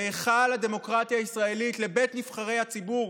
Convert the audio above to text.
להיכל הדמוקרטיה הישראלית, לבית נבחרי הציבור?